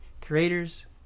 creators